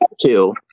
two